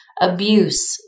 abuse